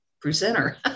presenter